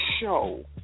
show